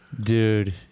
dude